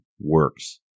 works